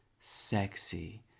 sexy